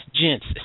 gents